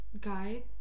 guy